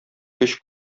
көч